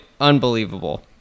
unbelievable